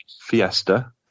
Fiesta